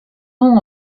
nom